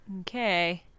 Okay